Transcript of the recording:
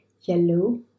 yellow